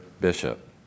bishop